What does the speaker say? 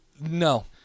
no